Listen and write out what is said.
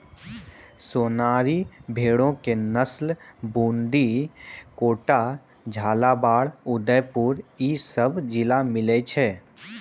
सोनारी भेड़ो के नस्ल बूंदी, कोटा, झालाबाड़, उदयपुर इ सभ जिला मे मिलै छै